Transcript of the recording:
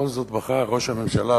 ראש הממשלה,